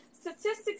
Statistics